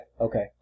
Okay